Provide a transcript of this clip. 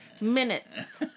minutes